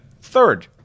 third